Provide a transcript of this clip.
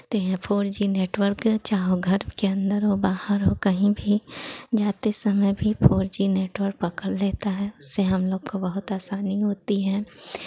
ते हैं four G network चाहे घर के अंदर हो बाहर हो कहीं भी जाते समय भी फोर जी नेटवर्क पकड़ लेता है उससे हम लोग को बहुत आसानी होती है